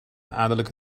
adellijke